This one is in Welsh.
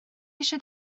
eisiau